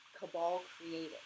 cabal-created